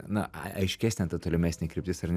na aiškesnė ta tolimesnė kryptis ar ne